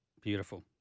Beautiful